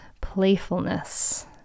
playfulness